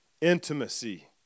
intimacy